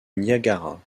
niagara